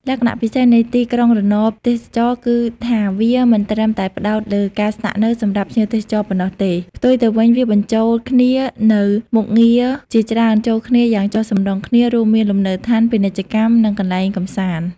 លក្ខណៈពិសេសនៃទីក្រុងរណបទេសចរណ៍គឺថា វា មិនត្រឹមតែផ្តោតលើការស្នាក់នៅ សម្រាប់ភ្ញៀវទេសចរប៉ុណ្ណោះទេ ផ្ទុយទៅវិញ វាបញ្ចូលគ្នានូវមុខងារជាច្រើនចូលគ្នាយ៉ាងចុះសម្រុងគ្នា រួមមាន លំនៅឋាន ពាណិជ្ជកម្ម និងកន្លែងកម្សាន្ត។